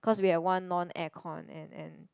cause we have one non air con and and